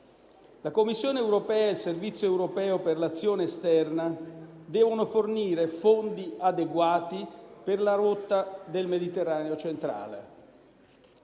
La Commissione europea e il Servizio europeo per l'azione esterna devono fornire fondi adeguati per la rotta del Mediterraneo centrale